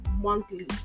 monthly